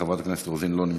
חברת הכנסת רוזין, לא נמצאת.